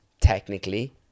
technically